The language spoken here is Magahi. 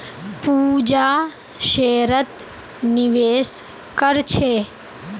पूजा शेयरत निवेश कर छे